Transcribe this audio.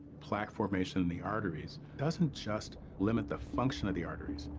plaque formation in the arteries doesn't just limit the function of the arteries,